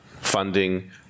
funding